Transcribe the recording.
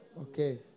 Okay